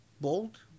bold